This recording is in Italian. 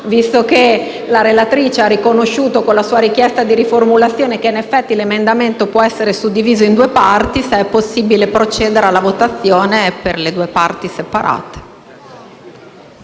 Visto che la relatrice ha riconosciuto con la sua proposta di riformulazione che, in effetti, l'emendamento può essere suddiviso in due parti, chiedo se è possibile procedere alla votazione per parti separate.